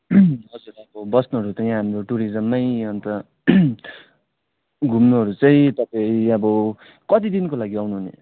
हजुर अब बस्नुहरू त यहाँ हाम्रो टुरिज्ममै अन्त घुम्नुहरू चाहिँ तपाईँ अब कति दिनको लागि आउनुहुने